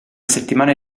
settimane